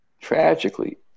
tragically